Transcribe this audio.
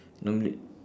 normally